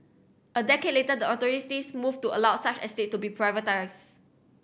a decade later the authorities moved to allow such estate to be privatised